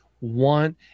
want